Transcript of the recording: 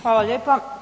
Hvala lijepa.